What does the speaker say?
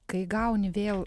kai gauni vėl